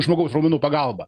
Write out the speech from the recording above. žmogaus raumenų pagalba